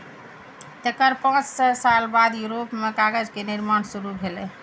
तेकर पांच सय साल बाद यूरोप मे कागज के निर्माण शुरू भेलै